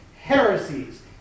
heresies